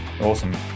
awesome